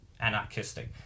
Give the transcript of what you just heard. anarchistic